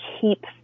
keep